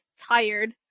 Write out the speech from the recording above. tired